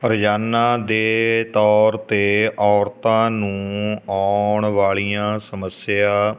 ਰੋਜ਼ਾਨਾ ਦੇ ਤੌਰ 'ਤੇ ਔਰਤਾਂ ਨੂੰ ਆਉਣ ਵਾਲੀਆਂ ਸਮੱਸਿਆ